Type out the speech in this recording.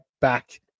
back